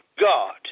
God